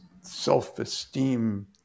self-esteem